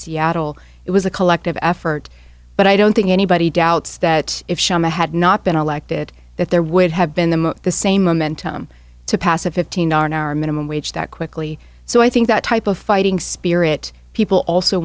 seattle it was a collective effort but i don't think anybody doubts that if she had not been elected that there would have been the the same momentum to pass a fifteen hour minimum wage that quickly so i think that type of fighting spirit people also